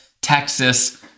Texas